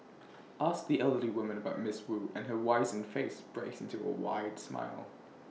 ask the elderly woman about miss wu and her wizened face breaks into A wide smile